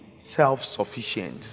self-sufficient